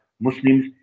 Muslims